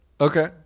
Okay